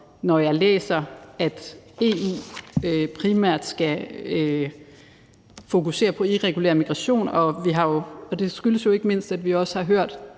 når jeg læser, at EU primært skal fokusere på irregulær migration. Og det skyldes jo ikke mindst, at vi også har hørt,